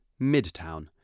Midtown